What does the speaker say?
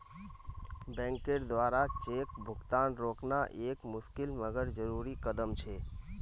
बैंकेर द्वारा चेक भुगतान रोकना एक मुशिकल मगर जरुरी कदम छे